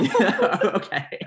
Okay